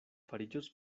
fariĝos